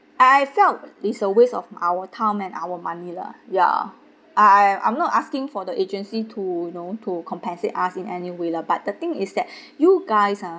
I I felt it's a waste of our time and our money lah ya I I I'm not asking for the agency to you know to compensate us in any way lah but the thing is that you guys ah